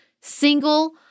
single